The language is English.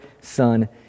Son